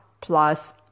plus